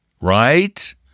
Right